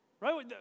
Right